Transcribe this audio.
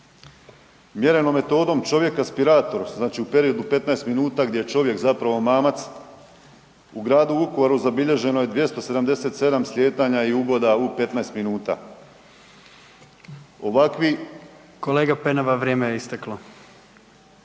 Mjerenom metodom čovjeka spiratora, što znači u periodu od 15 minuta gdje je čovjek zapravo mamac u gradu Vukovaru zabilježeno je 277 slijetanja i uboda u 15 minuta. Ovakvi …/Upadica: Kolega Penava, vrijeme je isteklo/…al